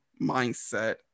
mindset